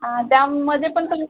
त्यामध्ये पण तुम्ही